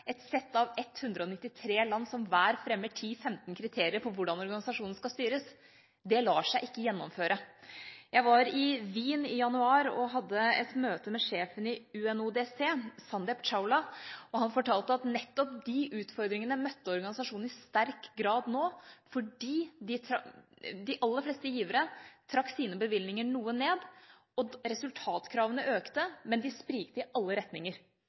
et sett av 193 land som hver fremmer 10–15 kriterier for hvordan organisasjonen skal styres. Det lar seg ikke gjennomføre. I januar var jeg i Wien og hadde et møte med sjefen i UNODC, Sandeep Chawla. Han fortalte at organisasjonen møtte nettopp de utfordringene i sterk grad nå, fordi de aller fleste givere trakk sine bevilgninger noe ned mens resultatkravene økte, men sprikte i alle retninger.